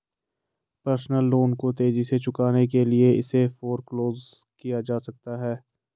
personal loan को तेजी से चुकाने के लिए इसे फोरक्लोज किया जा सकता है